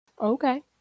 okay